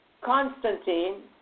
Constantine